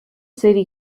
city